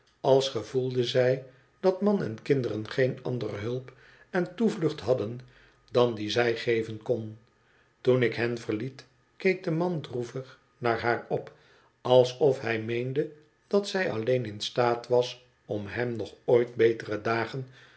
als gevoelde zij dat man en kinderen geen andere hulp en toevlucht hadden dan die zij geven kon toen ik hen verliet keek de man droevig naar haar op alsof hij meende dat zij alleen in staat was om hem nog ooit betere dagen